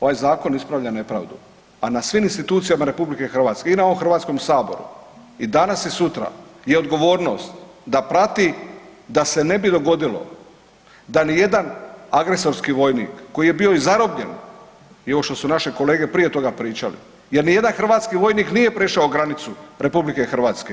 Ovaj zakon ispravlja nepravdu, a na svim institucijama RH i na ovom Hrvatskom saboru i danas i sutra je odgovornost da prati da se ne bi dogodilo da ni jedan agresorski vojnik koji je bio i zarobljen i ovo što su naše kolege prije toga pričali jer ni jedan hrvatski vojnik nije prešao granicu RH.